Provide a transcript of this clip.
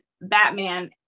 Batman